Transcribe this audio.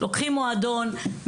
לוקחים מועדון,